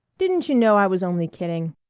didn't you know i was only kidding?